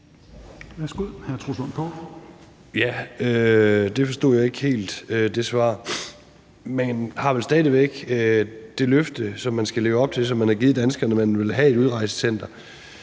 Troels Lund Poulsen (V): Det svar forstod jeg ikke helt. Man har vel stadig væk det løfte, som man skal leve op til, som man har givet danskerne, om, at man vil have et udrejsecenter,